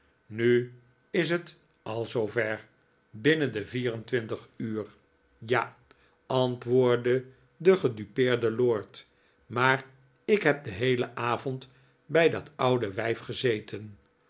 nu is het al zoover binnen de vier en twintig uur ja antwoordde de gedupeerde lord maar ik heb den heelen avond bij dat oude wijf gezeten